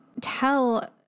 tell